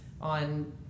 on